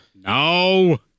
No